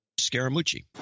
Scaramucci